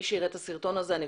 מי שיראה את הסרטון הזה,